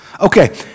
Okay